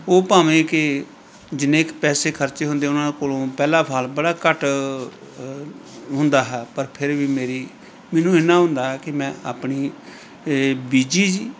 ਉਹ ਭਾਵੇਂ ਕਿ ਜਿੰਨੇ ਕੁ ਪੈਸੇ ਖਰਚੇ ਹੁੰਦੇ ਉਹਨਾਂ ਕੋਲੋਂ ਪਹਿਲਾ ਫਲ ਬੜਾ ਘੱਟ ਹੁੰਦਾ ਹੈ ਪਰ ਫਿਰ ਵੀ ਮੇਰੀ ਮੈਨੂੰ ਇੰਨਾ ਹੁੰਦਾ ਕਿ ਮੈਂ ਆਪਣੀ ਬੀਜ਼ੀ